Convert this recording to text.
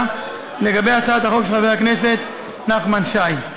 לגבי הצעת החוק של חבר הכנסת נחמן שי.